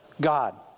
God